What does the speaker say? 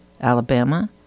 Alabama